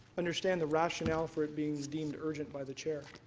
understand the rational for it being deemed urgent by the chair.